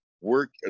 work